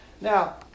Now